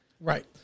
Right